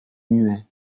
muet